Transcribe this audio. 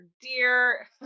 dear